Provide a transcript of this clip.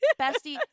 Bestie